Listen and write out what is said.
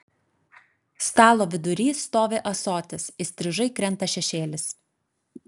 stalo vidury stovi ąsotis įstrižai krenta šešėlis